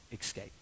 escape